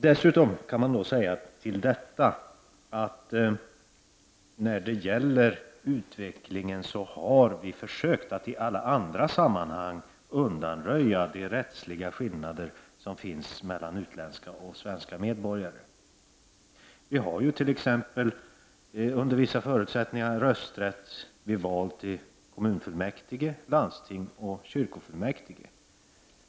Dessutom kan till detta sägas, att vi när det gäller utvecklingen i alla andra sammanhang har försökt undanröja de rättsliga skillnader som finns mellan utländska och svenska medborgare. Det gäller t.ex. under vissa förutsättningar rösträtt vid val till kommunfullmäktige, landsting och kyrkofullmäktige.